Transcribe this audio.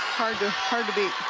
hard to hard to beat.